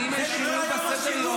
אם יש שינוי בסדר-היום,